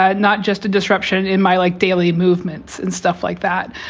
ah not just a disruption in my like daily movements and stuff like that.